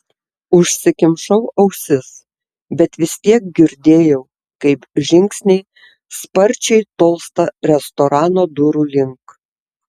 užsikimšau ausis bet vis tiek girdėjau kaip žingsniai sparčiai tolsta restorano durų link